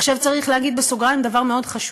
עכשיו צריך להגיד בסוגריים דבר מאוד חשוב,